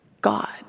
God